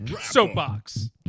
Soapbox